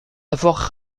avoir